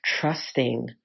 trusting